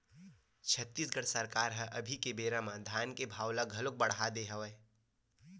छत्तीसगढ़ सरकार ह अभी के बेरा म धान के भाव ल घलोक बड़हा दे हवय